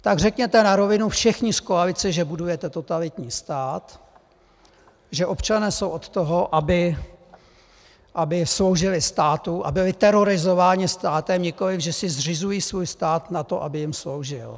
Tak řekněte na rovinu všichni z koalice, že budujete totalitní stát, že občané jsou od toho, aby sloužili státu a byli terorizováni státem, nikoliv že si zřizují svůj stát na to, aby jim sloužil.